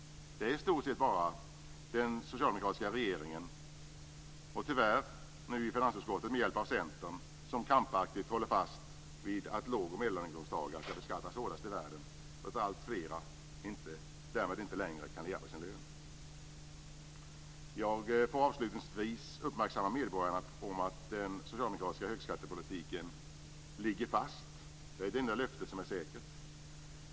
Det är i stort sett bara den socialdemokratiska regeringen, tyvärr nu i finansutskottet med hjälp av Centern, som krampaktigt håller fast vid att låg och medelinkomsttagare skall beskattas hårdast i världen och att alltfler därmed inte längre kan leva på sin lön. Jag får avslutningsvis uppmärksamma medborgarna om att den socialdemokratiska högskattepolitiken ligger fast. Det är det enda löfte som är säkert.